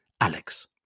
Alex